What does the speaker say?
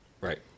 Right